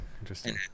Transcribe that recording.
interesting